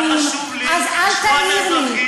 כי היה חשוב לי לשמוע את האזרחים.